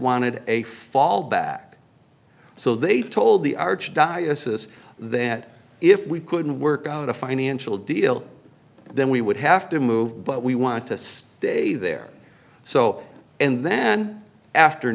wanted a fallback so they told the archdiocese that if we couldn't work out a financial deal then we would have to move but we want to stay there so and then after